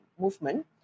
movement